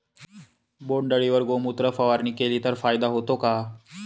बोंडअळीवर गोमूत्र फवारणी केली तर फायदा होतो का?